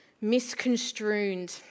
misconstrued